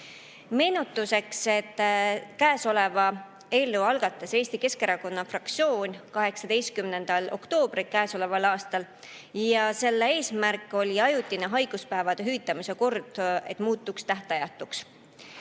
Meenutuseks. Eelnõu algatas Eesti Keskerakonna fraktsioon 18. oktoobril käesoleval aastal. Selle eesmärk oli, et ajutine haiguspäevade hüvitamise kord muutuks tähtajatuks.